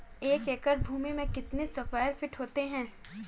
एक एकड़ भूमि में कितने स्क्वायर फिट होते हैं?